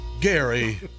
Gary